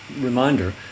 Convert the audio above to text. reminder